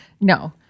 No